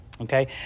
okay